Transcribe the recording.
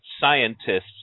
scientists